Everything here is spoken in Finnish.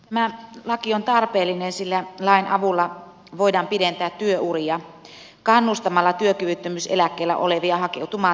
tämä laki on tarpeellinen sillä lain avulla voidaan pidentää työuria kannustamalla työkyvyttömyyseläkkeellä olevia hakeutumaan töihin